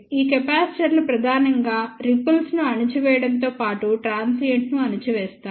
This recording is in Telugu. ఈ కెపాసిటర్లు ప్రధానంగా రిపుల్స్ ను అణచివేయడంతో పాటు ట్రాన్సియెంట్ ను అణిచివేస్తాయి